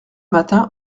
matin